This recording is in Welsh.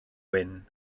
wyn